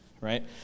right